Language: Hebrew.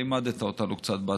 לימדת אותנו קצת בהתחלה.